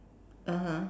(uh huh)